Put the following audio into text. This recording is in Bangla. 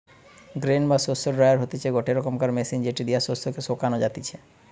গ্রেন বা শস্য ড্রায়ার হতিছে গটে রকমের মেশিন যেটি দিয়া শস্য কে শোকানো যাতিছে